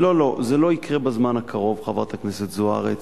לא, לא, זה לא יקרה בזמן הקרוב, חברת הכנסת זוארץ,